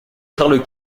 charles